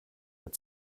mehr